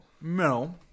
No